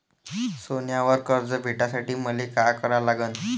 सोन्यावर कर्ज भेटासाठी मले का करा लागन?